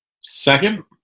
second